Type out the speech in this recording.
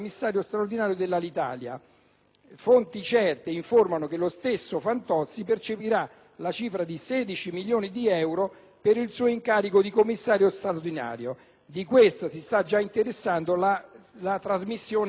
Fonti certe informano inoltre che lo stesso Fantozzi percepirà la cifra di 16 milioni di euro per il suo incarico come commissario straordinario; di tale notizia si sta già interessando la trasmissione